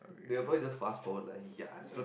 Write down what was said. they'll probably just fast forward lah ya this fella